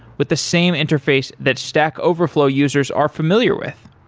with the same interface that stack overflow users are familiar with.